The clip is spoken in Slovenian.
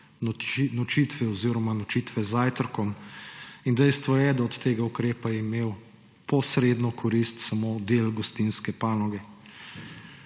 nočitve oziroma nočitve z zajtrkom. Dejstvo je, da je imel od tega ukrepa posredno korist samo del gostinske panoge.